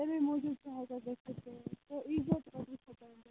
امے موٗجوب چھ ہیٚکان گٔژھِتھ تُہۍ ییٖزیٚو پَتہٕ وٕچھو